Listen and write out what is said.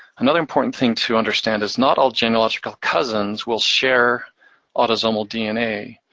another important thing to understand is not all genealogical cousins will share autosomal dna.